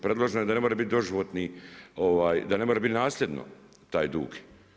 Predloženo je da ne mora biti doživotni, da ne mora biti nasljedno taj dug.